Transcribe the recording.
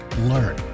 learn